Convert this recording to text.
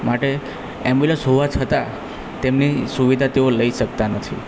માટે ઍમ્બ્યુલન્સ હોવા છતાં તેમની સુવિધાઓ તેઓ લઈ શકતા નથી